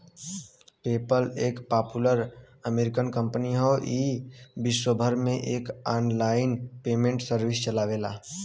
PayPal एक popular American company हौ ई विश्वभर में एक आनलाइन पेमेंट सर्विस चलावेला